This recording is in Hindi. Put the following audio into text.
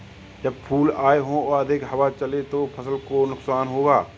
जब फूल आए हों और अधिक हवा चले तो फसल को नुकसान होगा?